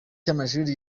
cy’amashuri